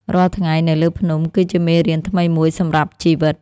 រាល់ថ្ងៃនៅលើភ្នំ គឺជាមេរៀនថ្មីមួយសម្រាប់ជីវិត។